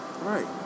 Right